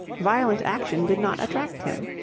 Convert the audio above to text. violent action did not attract him.